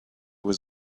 was